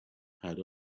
had